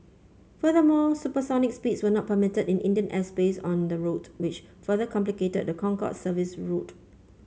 furthermore supersonic speeds were not permitted in Indian airspace on the route which further complicated the Concorde service's route